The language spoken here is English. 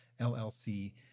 llc